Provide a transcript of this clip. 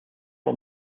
raw